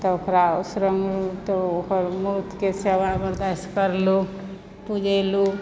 तब ओकरा उसरङ्गलूँ तऽ ओकर मूर्तके सेवा बरदैस करिलूँ पूजेलूँ